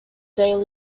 daily